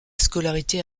scolarité